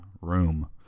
room